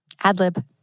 Adlib